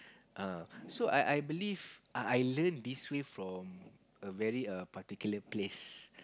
err so I I believe I I learn this way from a very err particular place